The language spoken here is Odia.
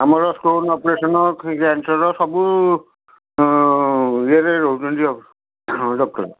ଆମର ଷ୍ଟୋନ୍ ଅପରେସନ୍ ଫ୍ରି କ୍ୟାନ୍ସର୍ ସବୁ ଇଏରେ ରହୁଛନ୍ତି ଆଉ ହଁ ଡ଼କ୍ଟର